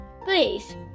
please